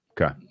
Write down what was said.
Okay